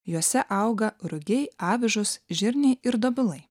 juose auga rugiai avižos žirniai ir dobilai